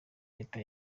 leta